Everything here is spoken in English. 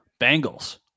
Bengals